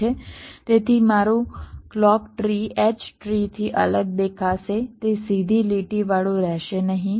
તેથી મારું clock tree H tree થી અલગ દેખાશે તે સીધી લીટીવાળું રહેશે નહીં